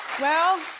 well,